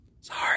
Sorry